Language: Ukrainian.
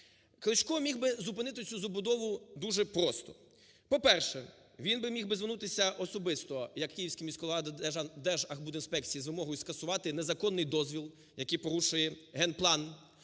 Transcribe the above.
Кличко міг би зупинити цю забудову дуже просто. По-перше, він би міг би звернутися особисто як Київський міський голова до Держархбудінспекції з вимогою скасувати незаконний дозвіл, який порушує Генплан.